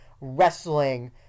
wrestling